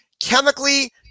chemically